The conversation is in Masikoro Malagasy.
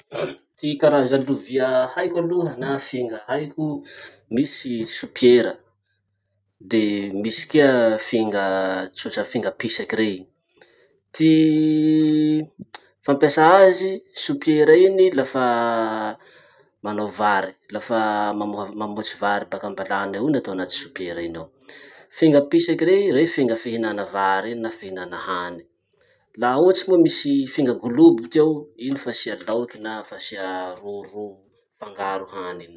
Ty karaza lovia haiko aloha na finga haiko: misy sopiera, de misy kea finga tsotra finga pisaky rey. Ty fampiasà azy, sopiera iny lafa manao vary, lafa mamoa- mamoatsy vary baka ambalany ao iny atao anaty sopiera iny ao. Finga pisaky rey, rey finga fihinana vary iny na fihinana hany. Laha ohatsy moa misy finga golobo tao, iny fasia laoky na fasia roro fangaro hany iny.